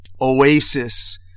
oasis